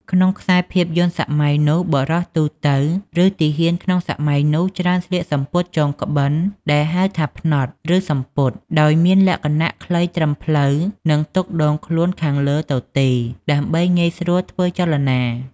ក្នុងខ្សែភាពយន្តសម័យនោះ បុរសទូទៅ ឬទាហានក្នុងសម័យនោះច្រើនស្លៀកសំពត់ចងក្បិនដែលហៅថា ផ្នត់ ឬ សំពត់ ដោយមានលក្ខណៈខ្លីត្រឹមភ្លៅ និងទុកដងខ្លួនខាងលើទទេដើម្បីងាយស្រួលធ្វើចលនា។